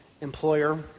employer